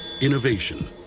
Innovation